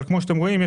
כמו שאתם רואים,